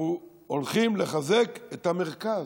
אנחנו הולכים לחזק את המרכז,